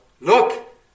Look